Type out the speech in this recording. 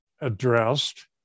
addressed